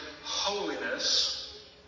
holiness